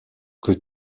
que